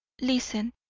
listen.